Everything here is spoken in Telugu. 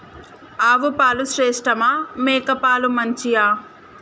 ఆవు పాలు శ్రేష్టమా మేక పాలు మంచియా?